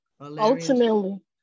ultimately